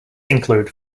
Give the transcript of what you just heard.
include